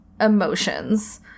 emotions